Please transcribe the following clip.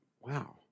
wow